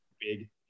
big